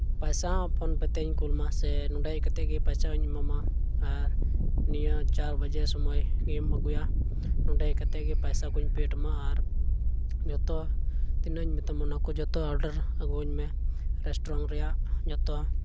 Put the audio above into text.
ᱯᱚᱭᱥᱟ ᱦᱚᱸ ᱯᱷᱳᱱ ᱯᱮ ᱛᱮᱧ ᱠᱩᱞ ᱟᱢᱟ ᱥᱮ ᱱᱚᱸᱰᱮ ᱦᱮᱡ ᱠᱟᱛᱮᱜᱮ ᱯᱚᱭᱥᱟ ᱦᱚᱸᱧ ᱮᱢᱟᱢᱟ ᱟᱨ ᱱᱤᱭᱟᱹ ᱪᱟᱨ ᱵᱟᱡᱮ ᱥᱚᱢᱚᱭ ᱤᱭᱟᱹᱢ ᱟᱹᱜᱩᱭᱟ ᱱᱚᱸᱰᱮ ᱦᱮᱡ ᱠᱟᱛᱮᱜᱮ ᱯᱚᱭᱥᱟ ᱠᱚᱧ ᱯᱮᱰ ᱟᱢᱟ ᱟᱨ ᱡᱚᱛᱚ ᱛᱤᱱᱟᱹᱜ ᱤᱧ ᱢᱮᱛᱟᱢᱟ ᱚᱱᱟ ᱠᱚ ᱡᱚᱛᱚ ᱚᱰᱟᱨ ᱟᱹᱜᱩᱣᱟᱧ ᱢᱮ ᱨᱮᱥᱴᱩᱨᱮᱱᱴ ᱨᱮᱭᱟᱜ ᱡᱚᱛᱚ